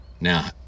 Now